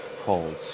called